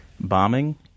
bombing